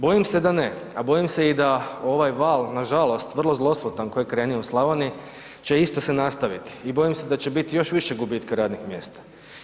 Bojim se da ne, a bojim se i da ovaj val nažalost vrlo zloslutan koji je krenuo u Slavoniji će isto se nastaviti i bojim se da će biti još više gubitka radnih mjesta.